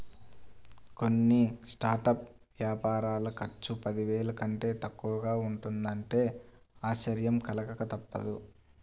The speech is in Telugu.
కొన్ని స్టార్టప్ వ్యాపారాల ఖర్చు పదివేల కంటే తక్కువగా ఉంటున్నదంటే ఆశ్చర్యం కలగక తప్పదు